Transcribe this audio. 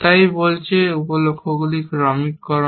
তাই এই বলছে উপ লক্ষ্য ক্রমিককরণ